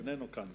הוא איננו כאן.